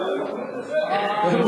אבל הסוכנות בסדר.